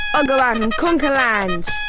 i'll go out and conquer lands!